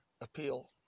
appeal